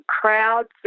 crowds